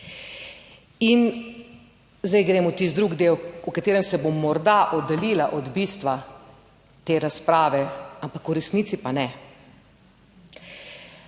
In zdaj grem v tisti drugi del, v katerem se bo morda oddaljila od bistva te razprave, ampak v resnici pa ne.